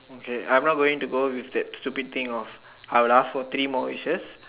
okay I'm not going to go with that stupid thing of I will ask for three more wishes